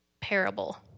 parable